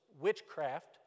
witchcraft